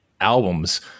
albums